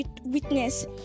witness